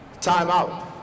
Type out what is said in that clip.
Timeout